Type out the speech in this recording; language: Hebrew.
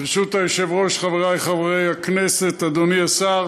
ברשות היושב-ראש, חברי חברי הכנסת, אדוני השר,